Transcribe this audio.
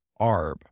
ARB